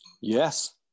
yes